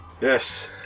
Yes